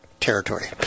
territory